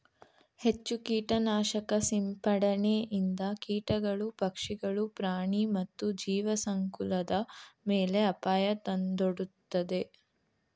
ಹೆಚ್ಚು ಕೀಟನಾಶಕ ಸಿಂಪಡಣೆಯಿಂದ ಕೀಟಗಳು, ಪಕ್ಷಿಗಳು, ಪ್ರಾಣಿ ಮತ್ತು ಜೀವಸಂಕುಲದ ಮೇಲೆ ಅಪಾಯ ತಂದೊಡ್ಡುತ್ತದೆ